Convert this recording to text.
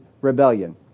rebellion